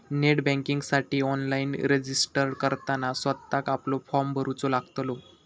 net बँकिंगसाठी online registered करताना स्वतःक आपलो फॉर्म भरूचो लागतलो